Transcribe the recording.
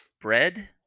bread